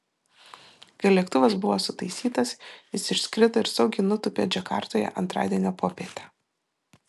kai lėktuvas buvo sutaisytas jis išskrido ir saugiai nutūpė džakartoje antradienio popietę